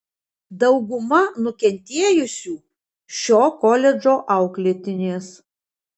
dauguma nukentėjusių šio koledžo auklėtinės